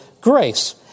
grace